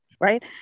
right